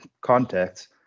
context